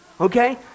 Okay